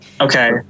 Okay